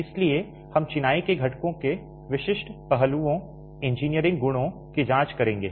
इसलिए हम चिनाई के घटकों के विशिष्ट पहलुओं इंजीनियरिंग गुणों की जांच करेंगे